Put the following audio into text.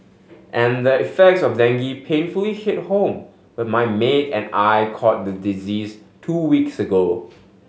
and the effects of dengue painfully hit home when my maid and I caught the disease two weeks ago